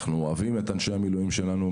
אנחנו אוהבים את אנשי המילואים שלנו,